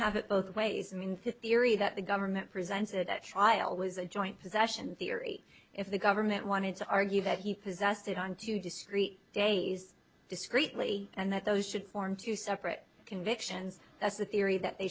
have it both ways i mean fifty area that the government presented at trial was a joint possession theory if the government wanted to argue that he possessed it on two discrete days discretely and that those should form two separate convictions that's the theory that they